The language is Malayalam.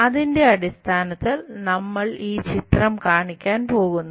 അതിന്റെ അടിസ്ഥാനത്തിൽ നമ്മൾ ഈ ചിത്രം കാണിക്കാൻ പോകുന്നു